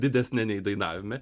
didesnė nei dainavime